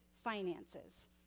finances